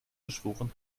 geschworen